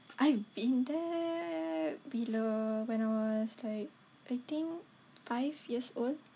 I've been there bila when I was like I think five years old